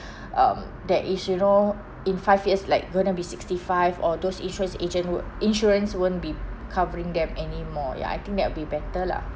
um that is you know in five years like going to be sixty five or those insurance agent would insurance won't be covering them any more ya I think that will be better lah